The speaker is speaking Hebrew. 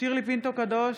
שירלי פינטו קדוש,